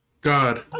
God